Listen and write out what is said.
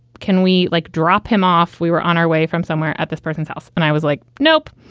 can we, like, drop him off? we were on our way from somewhere at this person's house, and i was like, nope,